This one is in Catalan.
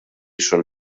són